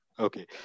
Okay